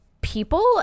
people